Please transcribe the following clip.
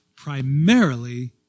primarily